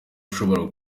ushobora